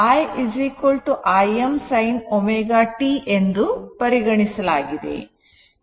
i Im sin ω t ಎಂದು ಪರಿಗಣಿಸಲಾಗಿದೆ